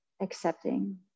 accepting